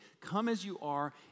come-as-you-are